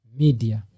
media